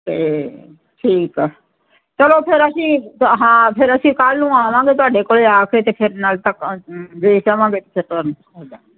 ਅਤੇ ਠੀਕ ਹੈ ਚਲੋ ਫਿਰ ਅਸੀਂ ਹਾਂ ਫਿਰ ਅਸੀਂ ਕੱਲ੍ਹ ਨੂੰ ਆਵਾਂਗੇ ਤੁਹਾਡੇ ਕੋਲੇ ਆ ਕੇ ਅਤੇ ਫਿਰ ਨਾਲ ਦੇਖ ਆਵਾਂਗੇ